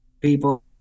people